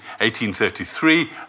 1833